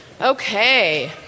Okay